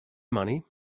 money